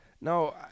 No